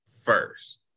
first